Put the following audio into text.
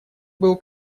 был